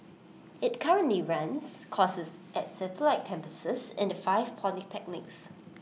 IT currently runs courses at satellite campuses in the five polytechnics